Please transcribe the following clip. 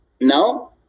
No